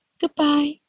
Goodbye